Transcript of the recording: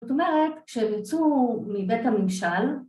‫זאת אומרת, כשביצעו מבית המגשל,